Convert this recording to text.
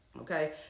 Okay